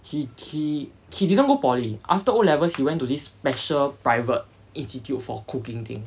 he he he didn't go poly after O levels he went to this special private institute for cooking thing